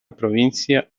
provincia